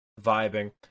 vibing